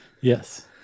Yes